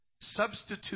substitute